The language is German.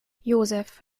josef